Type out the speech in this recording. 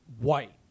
white